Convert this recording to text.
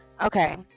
Okay